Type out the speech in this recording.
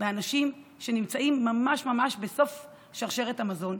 באנשים שנמצאים ממש ממש בסוף שרשרת המזון.